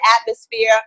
atmosphere